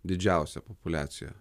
didžiausią populiaciją